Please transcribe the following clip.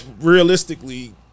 realistically